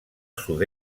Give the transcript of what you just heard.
sud